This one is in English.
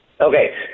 Okay